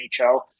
NHL